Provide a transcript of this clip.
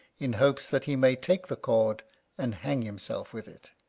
in hopes that he may take the cord and hang himself with it.